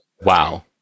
Wow